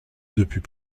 depuis